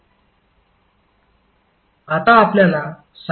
आता आपल्याला साइनुसॉईड्समध्ये रस का आहे